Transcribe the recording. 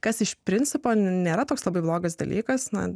kas iš principo nėra toks labai blogas dalykas na